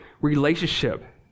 relationship